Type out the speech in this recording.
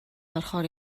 орохоор